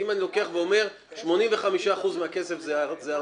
אם אני אומר 85% מהכסף זה ארנונה,